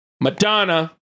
Madonna